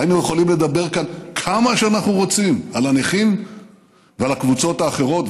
היינו יכולים לדבר כאן כמה שאנחנו רוצים על הנכים ועל הקבוצות האחרות,